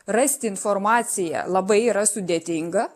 rasti informaciją labai yra sudėtinga